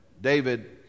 David